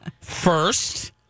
First